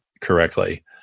correctly